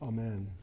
Amen